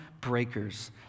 breakers